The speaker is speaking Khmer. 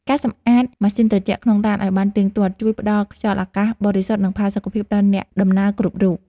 ការសម្អាតម៉ាស៊ីនត្រជាក់ក្នុងឡានឱ្យបានទៀងទាត់ជួយផ្ដល់ខ្យល់អាកាសបរិសុទ្ធ និងផាសុកភាពដល់អ្នកដំណើរគ្រប់រូប។